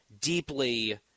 deeply